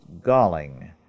galling